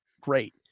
great